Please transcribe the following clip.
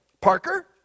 Parker